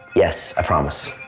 yes, i promise.